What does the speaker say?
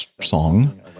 song